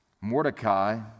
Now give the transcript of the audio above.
Mordecai